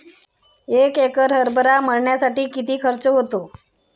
एक एकर हरभरा मळणीसाठी किती खर्च होतो?